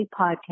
podcast